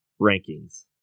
rankings